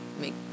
Make